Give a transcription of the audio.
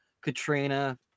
Katrina